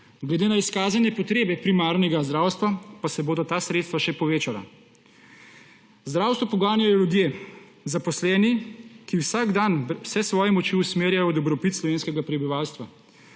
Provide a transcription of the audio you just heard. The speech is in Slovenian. Glede na izkazane potrebe primarnega zdravstva pa se bodo ta sredstva še povečala. Zdravstvo poganjajo ljudje, zaposleni, ki vsak dan vse svoje moči usmerjajo v dobrobit slovenskega prebivalstva.